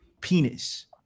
penis